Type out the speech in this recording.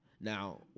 Now